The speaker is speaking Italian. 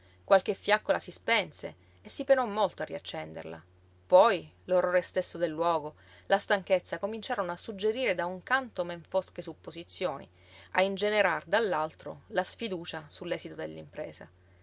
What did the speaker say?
qualche fiaccola si spense e si penò molto a riaccenderla poi l'orrore stesso del luogo la stanchezza cominciarono a suggerire da un canto men fosche supposizioni a ingenerar dall'altro la sfiducia su l'esito dell'impresa